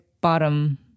bottom